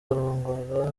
arongora